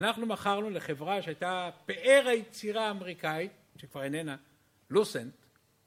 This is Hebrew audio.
אנחנו מכרנו לחברה שהייתה פאר היצירה האמריקאית, שכבר איננה, לוסנט.